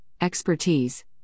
expertise